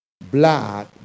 blood